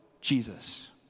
Jesus